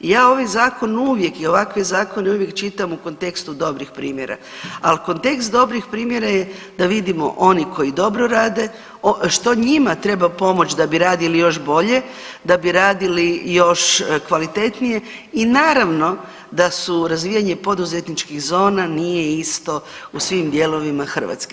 Ja ovaj zakon uvijek i ovakve zakone uvijek čitam u kontekstu dobrih primjera, a kontekst dobrih primjera je da vidimo oni koji dobro rade što njima treba pomoć da bi radili još bolje, da bi radili još kvalitetnije i naravno da su razvijanje poduzetničkih zona nije isto u svim dijelovima Hrvatske.